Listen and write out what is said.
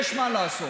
יש מה לעשות.